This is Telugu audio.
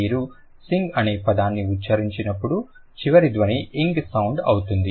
మీరు సింగ్ అనే పదాన్ని ఉచ్చరించినప్పుడు చివరి ధ్వని ఇంగ్ సౌండ్ అవుతుంది